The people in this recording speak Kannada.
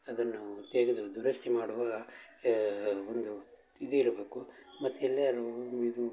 ಅದನ್ನು ತೆಗೆದು ದುರಸ್ತಿ ಮಾಡುವಾಗ ಒಂದು ಇದಿರಬೇಕು ಮತ್ತು ಎಲ್ಲಿಯಾದ್ರೂ ಇದು